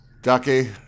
Ducky